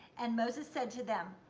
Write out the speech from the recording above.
and moses said to them,